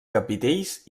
capitells